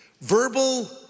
Verbal